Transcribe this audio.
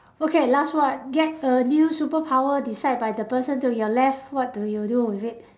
okay last one get a new superpower decide by the person to your left what do you do with it